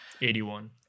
81